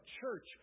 church